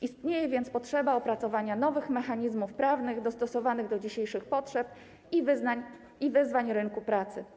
Istnieje więc potrzeba opracowania nowych mechanizmów prawnych dostosowanych do dzisiejszych potrzeb i wyzwań rynku pracy.